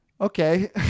Okay